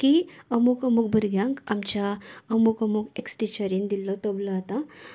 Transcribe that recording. की अमूक अमूक भुरग्यांक आमच्या अमूक अमूक एक्स टिचरीन दिल्लो तबलो आतां